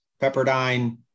pepperdine